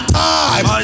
time